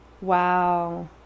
Wow